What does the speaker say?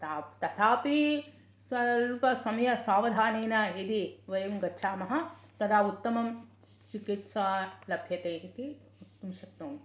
तथापि सर्व समय सावधानेन यदि वयं गच्छामः तदा उत्तमं चिकित्सा लभ्यते इति वक्तुं शक्नोमि